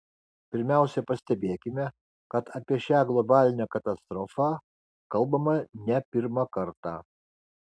pirmiausiai pastebėkime kad apie šią globalinę katastrofą kalbama ne pirmą kartą